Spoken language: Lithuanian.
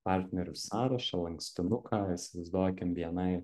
partnerių sąrašą lankstinuką įsivaizduokim bni